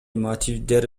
мотивдер